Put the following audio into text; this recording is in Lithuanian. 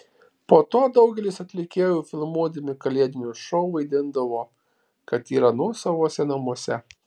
po to daugelis atlikėjų filmuodami kalėdinius šou vaidindavo kad yra nuosavose namuose